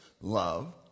love